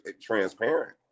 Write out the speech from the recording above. transparent